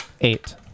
Eight